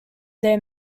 their